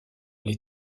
les